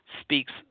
speaks